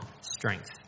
strength